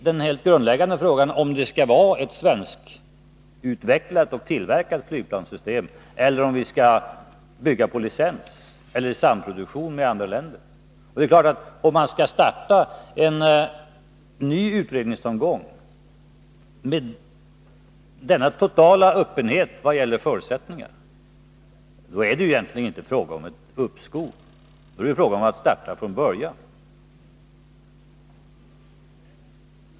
den helt grundläggande frågan om det skall vara ett svenskutvecklat flygplanssystem eller om vi skall bygga på licens eller i samproduktion med andra länder. Om man skall starta en ny utredningsomgång med denna totala öppenhet vad gäller förutsättningar, då är det ju egentligen inte fråga om ett uppskov. Då är det fråga om att starta från början.